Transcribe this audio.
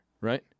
right